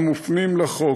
המופנים לחוק.